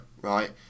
right